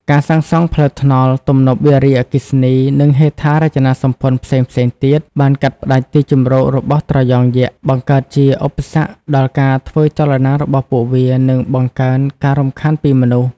ការសាងសង់ផ្លូវថ្នល់ ទំនប់វារីអគ្គិសនី និងហេដ្ឋារចនាសម្ព័ន្ធផ្សេងៗទៀត បានកាត់ផ្តាច់ទីជម្រករបស់ត្រយងយក្ស បង្កើតជាឧបសគ្គដល់ការធ្វើចលនារបស់ពួកវា និងបង្កើនការរំខានពីមនុស្ស។